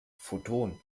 photon